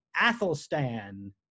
Athelstan